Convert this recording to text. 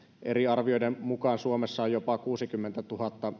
eri arvioiden mukaan suomessa on jopa kuusikymmentätuhatta